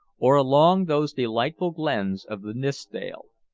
or along those delightful glens of the nithsdale,